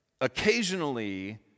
occasionally